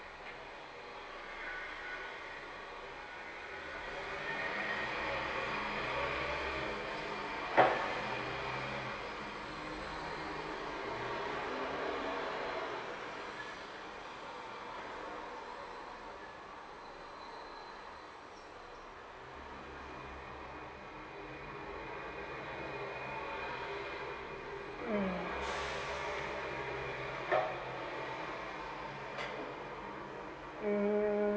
mm mm